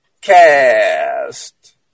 Cast